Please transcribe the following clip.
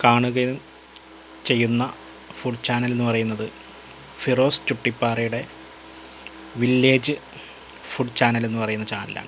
കാണുകയും ചെയ്യുന്ന food channel എന്ന് പറയുന്നത് ഫിറോസ് ചുട്ടിപ്പാരയുടെ വില്ലേജ് ഫുഡ് ചാനല് എന്ന് പറയുന്ന ചാനലാണ്